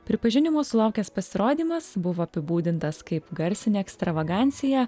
pripažinimo sulaukęs pasirodymas buvo apibūdintas kaip garsinė ekstravagancija